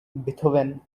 beethoven